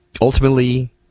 ultimately